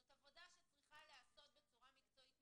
זאת עבודה שצריכה להיעשות בצורה מקצועית.